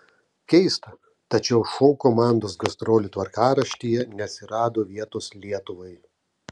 keista tačiau šou komandos gastrolių tvarkaraštyje neatsirado vietos lietuvai